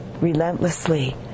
relentlessly